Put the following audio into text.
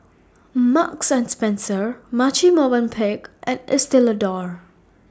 Marks and Spencer Marche Movenpick and Estee Lauder